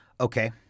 Okay